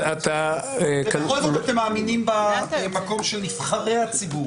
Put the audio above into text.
ובכל זאת אתם מאמינים במקום של נבחרי הציבור.